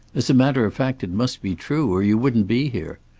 as a matter of fact it must be true, or you wouldn't be here.